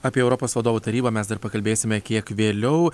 apie europos vadovų tarybą mes dar pakalbėsime kiek vėliau